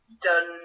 done